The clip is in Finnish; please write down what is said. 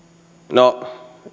no